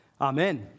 Amen